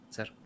Sir